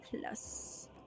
plus